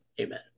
Amen